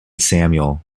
samuel